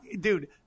dude